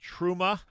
Truma